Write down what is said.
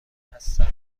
هستند